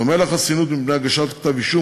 בדומה לחסינות בהגשת כתב-אישום,